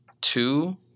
Two